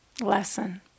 lesson